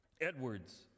Edwards